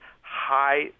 high